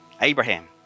Abraham